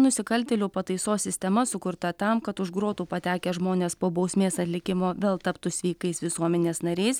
nusikaltėlių pataisos sistema sukurta tam kad už grotų patekę žmonės po bausmės atlikimo vėl taptų sveikais visuomenės nariais